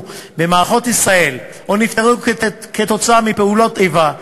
במערכות ישראל או נפטרו כתוצאה מפעולות איבה,